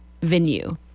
venue